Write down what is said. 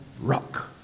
rock